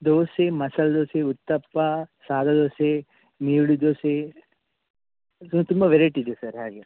ದೋಸೆ ಮಸಾಲ ದೋಸೆ ಉತ್ತಪ್ಪ ಸಾದ ದೋಸೆ ಈರುಳ್ಳಿ ದೋಸೆ ತುಂಬ ವೆರೈಟಿ ಇದೆ ಸರ್ ಹಾಗೆ